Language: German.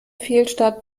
fehlstart